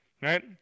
right